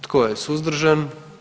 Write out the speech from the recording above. Tko je suzdržan?